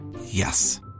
Yes